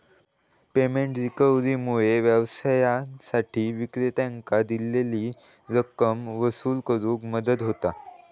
payment रिकव्हरीमुळा व्यवसायांसाठी विक्रेत्यांकां दिलेली रक्कम वसूल करुक मदत होता